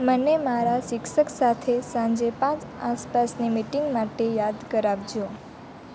મને મારા શિક્ષક સાથે સાંજે પાંચ આસપાસની મીટીંગ માટે યાદ કરાવજો